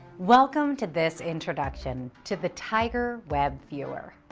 welcome to this introduction to the tigerweb viewer.